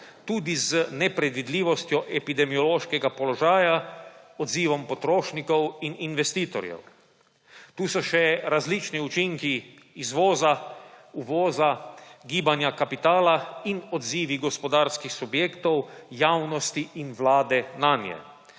tudi z nepredvidljivostjo epidemiološkega položaja, odzivom potrošnikov in investitorjev. Tu so še različni učinki izvoza, uvoza, gibanja kapitala in odzivi gospodarskih subjektov, javnosti in vlade nanje.